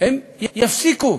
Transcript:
הם יפסיקו